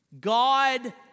God